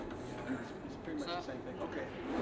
yeah it's pretty much the same thing, ok.